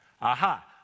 Aha